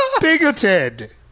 bigoted